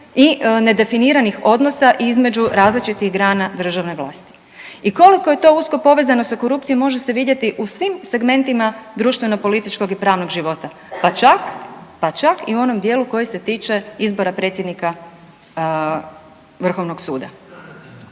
i nedefiniranih odnosa između različitih grana državne vlasti. I koliko je to usko povezano sa korupcijom može se vidjeti u svim segmentima društveno-političkog i pravnog života, pa čak, pa čak i u onom dijelu koji se tiče izbora predsjednika Vrhovnog suda.